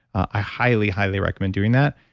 i highly, highly recommend doing that.